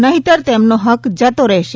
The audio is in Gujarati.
નહીંતર તેમનો હક્ક જતો રહેશે